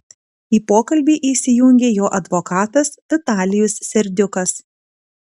į pokalbį įsijungė jo advokatas vitalijus serdiukas